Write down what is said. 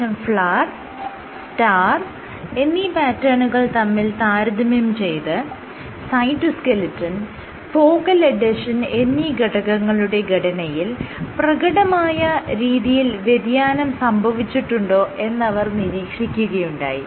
ശേഷം flower star എന്നീ പാറ്റേണുകൾ തമ്മിൽ താരതമ്യം ചെയ്ത് സൈറ്റോസ്കെലിറ്റൻ ഫോക്കൽ എഡ്ഹെഷൻ എന്നീ ഘടകങ്ങളുടെ ഘടനയിൽ പ്രകടമായ രീതിയിൽ വ്യതിയാനം സംഭവിച്ചിട്ടുണ്ടോ എന്നവർ നിരീക്ഷിക്കുകയുണ്ടായി